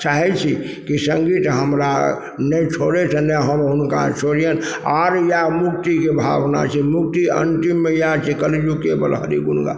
चाहय छी कि सङ्गीत हमरा नहि छोड़थि आओर ने हम हुनका छोड़ियनि आओर इएह मुक्तिके भावना छियै मुक्ति अन्तिममे इएह छियै कलियुगके बल हरिगुण गा